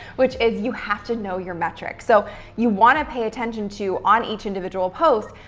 which is you have to know your metrics. so you want to pay attention to, on each individual post,